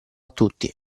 tutti